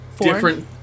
different